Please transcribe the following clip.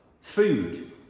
food